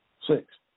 six